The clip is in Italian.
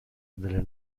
della